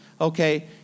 Okay